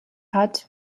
hat